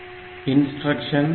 instruction PCON